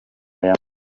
yamaze